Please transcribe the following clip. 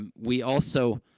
um we also,